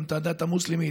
גם את הדת המוסלמית.